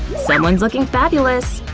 someone's looking fabulous!